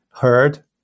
heard